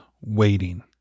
waiting